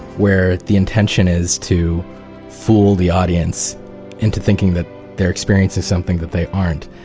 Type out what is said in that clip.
where the intention is to fool the audience into thinking that they're experiencing something that they aren't.